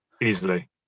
easily